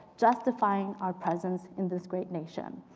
justifying our presence in this great nation.